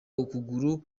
ukuguru